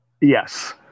yes